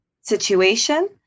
situation